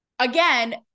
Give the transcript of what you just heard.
again